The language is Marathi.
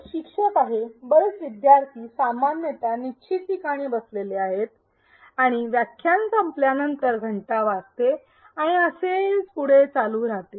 एक शिक्षक आहे बरेच विद्यार्थी सामान्यत निश्चित ठिकाणी बसलेले असतात आणि व्याख्यान संपल्यानंतर घंटा वाजते आणि असेच पुढे चालू राहते